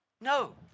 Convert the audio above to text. no